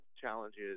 challenges